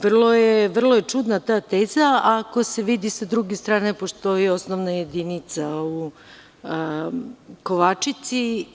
Vrlo je čudna ta teza, ako se vidi da sa druge strane postoji osnovna jedinica u Kovačici.